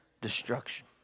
destruction